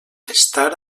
estar